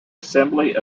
assembly